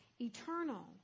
eternal